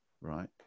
right